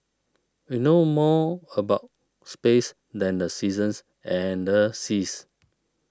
we know more about space than the seasons and the seas